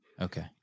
Okay